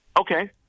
Okay